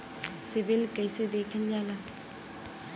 CIBIL कैसे देखल जाला?